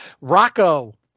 Rocco